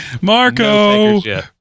Marco